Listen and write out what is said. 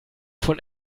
von